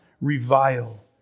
revile